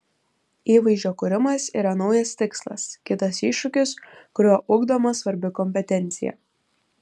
įvaizdžio kūrimas yra naujas tikslas kitas iššūkis kuriuo ugdoma svarbi kompetencija